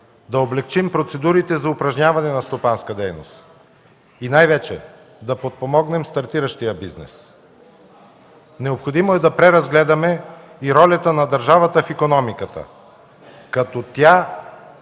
да облекчим процедурите за упражняване на стопанска дейност и най-вече да подпомогнем стартиращия бизнес. Необходимо е да преразгледаме и ролята на държавата в икономиката като тя